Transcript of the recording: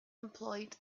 employed